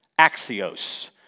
axios